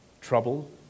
trouble